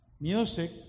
Music